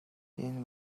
энэ